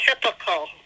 typical